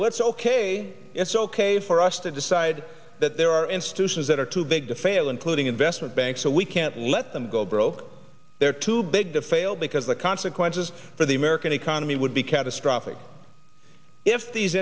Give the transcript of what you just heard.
well it's ok it's ok for us to decide that there are institutions that are too big to fail including investment banks so we can't let them go broke they're too big to fail because the consequences for the american economy would be catastrophic if these